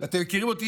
ואתם מכירים אותי,